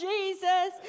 Jesus